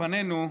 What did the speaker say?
לפנינו,